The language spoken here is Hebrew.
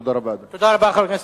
תודה רבה, אדוני.